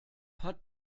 hat